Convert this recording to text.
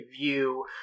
view